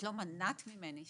את לא מנעת ממני.